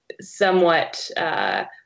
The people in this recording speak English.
somewhat